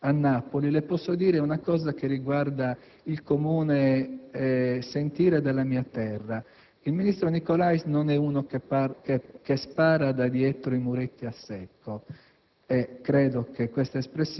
a Napoli, le posso però dire una cosa che riflette il comune sentire della mia terra: il ministro Nicolais non è uno che «spara da dietro i muretti a secco»